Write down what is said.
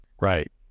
right